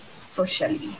socially